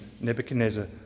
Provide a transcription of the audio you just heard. Nebuchadnezzar